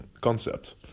concept